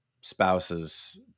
spouses